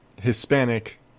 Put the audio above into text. Hispanic